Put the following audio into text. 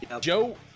Joe